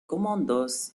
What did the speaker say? commandos